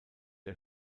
der